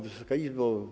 Wysoka Izbo!